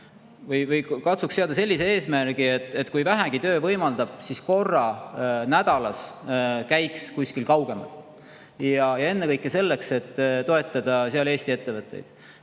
katsuks seada sellise eesmärgi, et kui vähegi töö võimaldab, siis korra nädalas käiks kuskil kaugemal. Ja ennekõike selleks, et toetada seal Eesti ettevõtteid.